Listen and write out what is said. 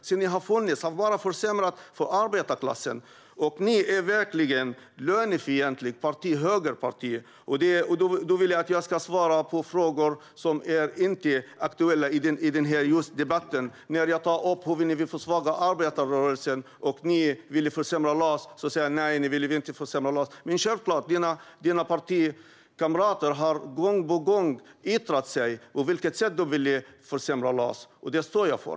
Så länge ni har funnits har ni bara försämrat för arbetarklassen. Ni är verkligen ett lönefientligt högerparti. Du vill att jag ska svara på frågor som inte är aktuella i just den här debatten, Jörgen Warborn. Jag tar upp hur ni vill försvaga arbetarrörelsen och försämra LAS, och du säger att ni inte vill försämra LAS. Men dina partikamrater har gång på gång yttrat sig om på vilket sätt de vill försämra LAS. Det står jag för.